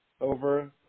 over